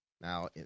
Now